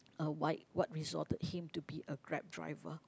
uh why what resorted him to be a Grab driver